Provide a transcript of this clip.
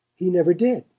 he never did!